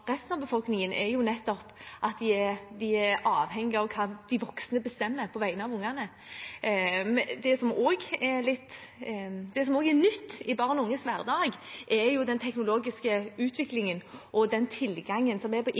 resten av befolkningen, er at de er avhengig av hva de voksne bestemmer på vegne av dem. Det som også er nytt i barn og unges hverdag, er den teknologiske utviklingen og den tilgangen som er